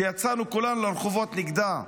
שיצאנו כולנו לרחובות נגדה,